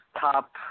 top